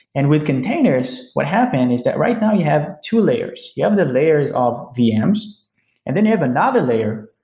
and with containers, what happen is that right now you have two layers. you have the layers of vms and then you have another layer,